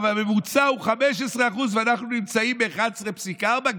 הממוצע הוא 15%, ואנחנו נמצאים ב-11.4%.